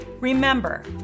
Remember